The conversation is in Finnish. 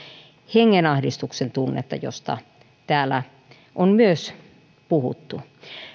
hengenahdistuksen tunnetta josta täällä myös on puhuttu